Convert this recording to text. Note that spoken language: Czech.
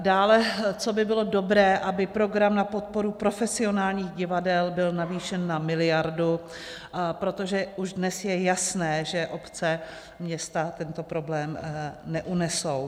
Dále co by bylo dobré, aby program na podporu profesionálních divadel byl navýšen na miliardu, protože už dnes je jasné, že obce, města tento problém neunesou.